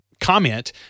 comment